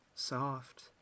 Soft